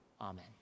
amen